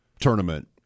tournament